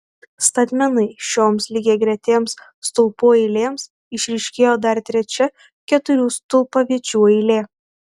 statmenai šioms lygiagretėms stulpų eilėms išryškėjo dar trečia keturių stulpaviečių eilė